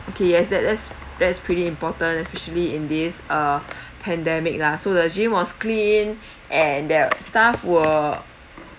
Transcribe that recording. okay yes that that's that's pretty important especially in this uh pandemic lah so the gym was clean and their staff were